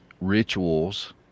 rituals